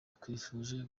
twifuje